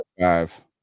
five